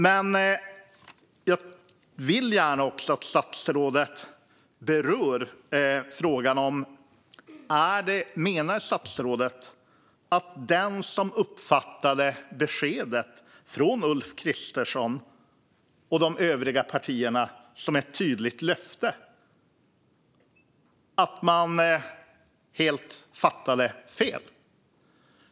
Jag vill också gärna att statsrådet berör frågan om hon menar att den som uppfattade beskedet från Ulf Kristersson och de övriga partierna som ett tydligt löfte fattade helt fel.